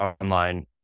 online